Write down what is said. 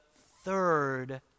third